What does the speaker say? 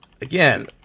again